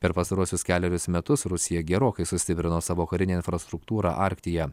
per pastaruosius kelerius metus rusija gerokai sustiprino savo karinę infrastruktūrą arktyje